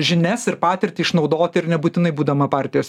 žinias ir patirtį išnaudot ir nebūtinai būdama partijos